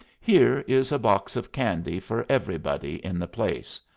here is a box of candy for everybody in the place.